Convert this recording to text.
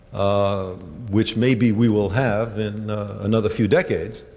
which maybe we will have in another few decades,